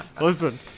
Listen